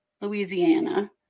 Louisiana